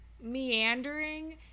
meandering